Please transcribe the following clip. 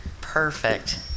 Perfect